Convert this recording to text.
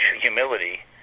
humility